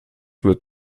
wird